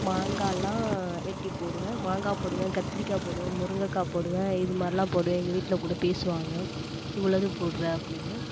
மாங்காலாம் வெட்டி போடுவேன் மாங்காய் போடுவேன் கத்திரிக்காய் போடுவேன் முருங்கக்காய் போடுவேன் இது மாதிரிலாம் போடுவேன் எங்கள் வீட்டில கூட பேசுவாங்கள் இவ்வளோ இது போடுற அப்படின்னு